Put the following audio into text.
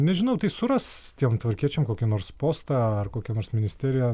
nežinau tai suras tiem tvarkiečiam kokį nors postą ar kokią nors ministeriją